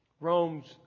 Rome's